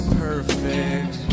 perfect